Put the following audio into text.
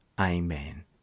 Amen